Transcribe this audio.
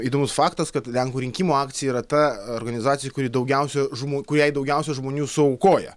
įdomus faktas kad lenkų rinkimų akcija yra ta organizacija kuri daugiausia žmo kuriai daugiausia žmonių suaukoja